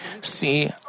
see